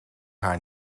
haar